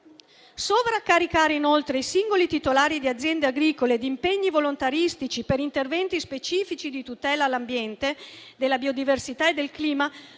Sovraccaricare inoltre i singoli titolari di aziende agricole di impegni volontaristici per interventi specifici di tutela dell'ambiente, della biodiversità e del clima